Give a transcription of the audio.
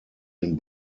den